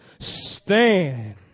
stand